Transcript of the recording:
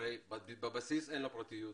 הרי בבסיס אין לו פרטיות,